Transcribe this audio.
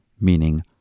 meaning